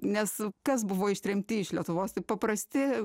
nes kas buvo ištremti iš lietuvos tai paprasti